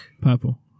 Purple